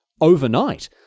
overnight